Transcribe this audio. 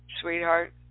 sweetheart